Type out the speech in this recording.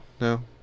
no